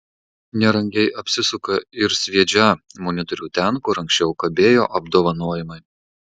nerangiai apsisuka ir sviedžią monitorių ten kur anksčiau kabėjo apdovanojimai